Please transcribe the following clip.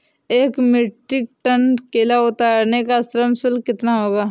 एक metric tonne केला उतारने का श्रम शुल्क कितना होगा?